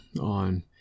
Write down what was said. on